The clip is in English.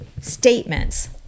statements